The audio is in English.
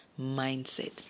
mindset